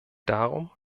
darum